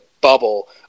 bubble